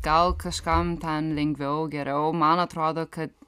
gal kažkam ten lengviau geriau man atrodo kad